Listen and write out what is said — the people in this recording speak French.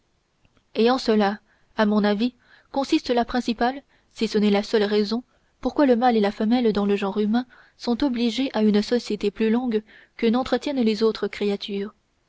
et en cela à mon avis consiste la principale si ce n'est la seule raison pourquoi le mâle et la femelle dans le genre humain sont obligés à une société plus longue que n'entretiennent les autres créatures